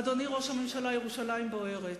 אדוני ראש הממשלה, ירושלים בוערת.